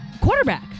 quarterback